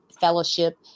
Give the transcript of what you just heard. fellowship